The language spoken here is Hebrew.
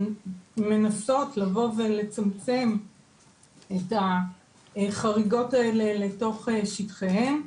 שמנסות לבוא ולצמצם את החריגות האלה לתוך שטחיהן,